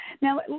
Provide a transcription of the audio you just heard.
Now